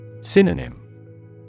Synonym